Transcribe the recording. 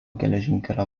geležinkelio